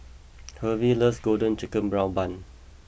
Hervey loves Golden Brown Bun